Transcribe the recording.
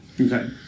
Okay